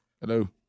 Hello